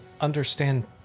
understand